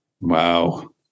Wow